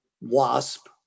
WASP